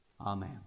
Amen